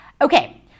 Okay